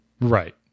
Right